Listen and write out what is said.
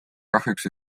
kahjuks